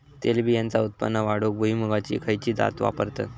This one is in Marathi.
तेलबियांचा उत्पन्न वाढवूक भुईमूगाची खयची जात वापरतत?